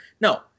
No